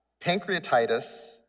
pancreatitis